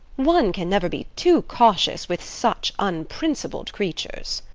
one can never be too cautious with such unprincipled creatures.